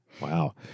Wow